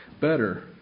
better